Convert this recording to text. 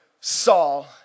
Saul